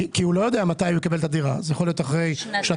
כי אתה לא יודע מתי תקבל את הדירה; זה יכול להיות אחרי שנתיים,